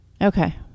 Okay